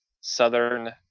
southern